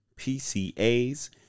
PCAs